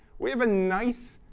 we have a nice,